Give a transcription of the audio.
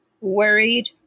Worried